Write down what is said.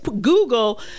Google